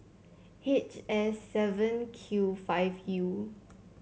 H S seven Q five U